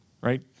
right